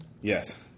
Yes